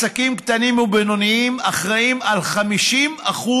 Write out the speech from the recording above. עסקים קטנים ובינוניים אחראים ל-50%